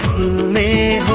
me